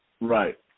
Right